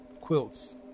quilts